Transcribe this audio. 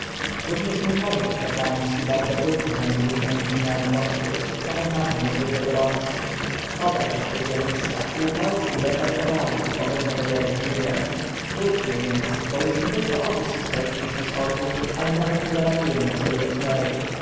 równie mój nożyk kapłański bardzo płytko zanurzył się w glinianej pochwie co oznacza niezwykłe gorąco oba zaś te zjawiska upał i letarg owadów mogą zapowiadać burzę wróćmy więc bo już nietylko obóz straciliśmy z oczu ale nawet nie dolatują nas jego szmery